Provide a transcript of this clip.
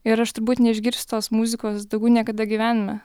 ir aš turbūt neišgirsiu tos muzikos daugiau niekada gyvenime